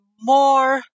more